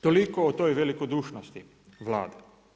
Toliko o toj velikodušnosti Vlade.